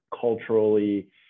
culturally